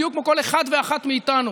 בדיוק כמו כל אחד ואחת מאיתנו.